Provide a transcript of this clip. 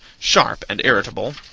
sharp and irritable